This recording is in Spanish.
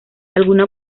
alguna